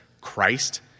christ